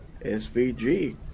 SVG